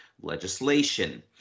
legislation